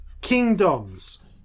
kingdoms